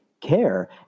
care